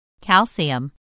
Calcium